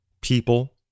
People